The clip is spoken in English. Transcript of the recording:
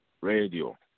Radio